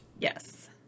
Yes